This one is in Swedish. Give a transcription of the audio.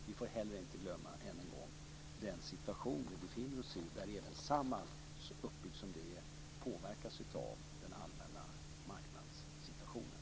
Vi får heller inte glömma, än en gång, den situation vi befinner oss i där även Samhall, med den uppbyggnad det har, påverkas av den allmänna marknadssituationen.